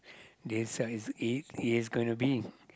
this is it is going to be